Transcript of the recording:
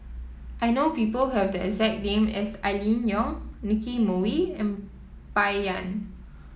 I know people have the exact name as Aline Wong Nicky Moey and Bai Yan